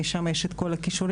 משם יש את כל הקישורים,